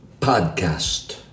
podcast